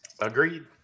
Agreed